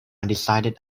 undecided